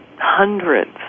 hundreds